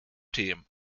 team